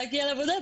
להגיע לעבודה,